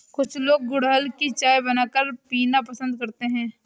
कुछ लोग गुलहड़ की चाय बनाकर पीना पसंद करते है